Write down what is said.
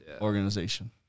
Organization